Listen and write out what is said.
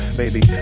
baby